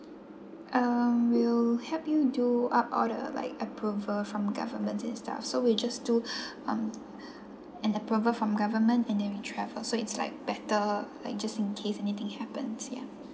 um we'll help you do up all the like approval from government and stuff so we just do um an approval from government and then we travel so it's like better like just in case anything happens ya